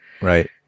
Right